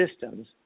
systems